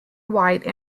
white